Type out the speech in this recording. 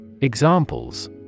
Examples